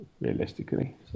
realistically